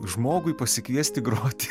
žmogui pasikviesti groti